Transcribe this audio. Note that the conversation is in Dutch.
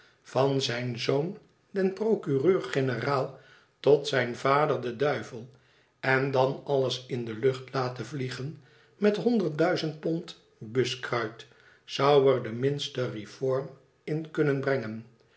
van zijn zoon den procureur-generaal tot zijn vader den duivel en dan alles in de lucht laten vliegen met honderd duizend pond buskruit zou er de minste reform in kunnen brengen